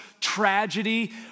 tragedy